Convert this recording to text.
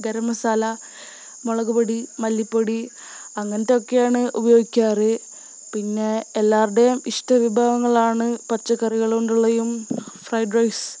ഗരം മസാല മുളകുപൊടി മല്ലിപ്പൊടി അങ്ങനത്തൊക്കെയാണ് ഉപയോഗിക്കാറ് പിന്നെ എല്ലാവരുടെയും ഇഷ്ട വിഭവങ്ങളാണ് പച്ചക്കറികള് കൊണ്ടുള്ളയും ഫ്രൈഡ് റൈസ്